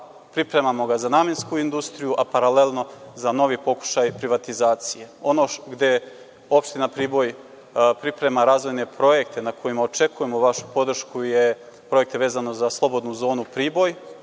Pripremamo ga za namensku industriju, a paralelno za novi pokušaj privatizacije. Ono gde opština Priboj priprema razvojne projekte. Na kojima očekujemo vašu podršku je projekat vezan za slobodnu zonu Priboj,